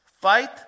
fight